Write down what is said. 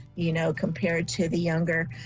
you know compared to the younger,